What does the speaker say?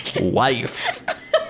wife